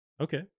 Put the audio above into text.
Okay